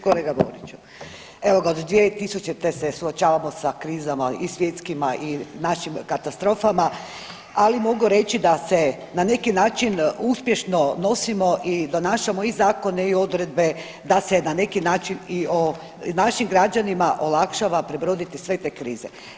Kolega Boriću, evo ga, do 2000. se suočavamo sa krizama i svjetskima i našim katastrofama, ali mogu reći da se na neki način uspješno nosimo i donašamo i zakone i odredbe da se na neki način i našim građanima olakšava prebroditi sve te krize.